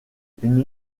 une